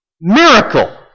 miracle